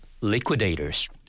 liquidators